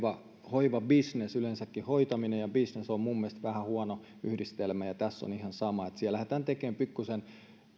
hoivabisnes yleensäkin hoitaminen ja bisnes on mielestäni vähän huono yhdistelmä ja tässä on ihan sama että siellä lähdetään tekemään pikkusen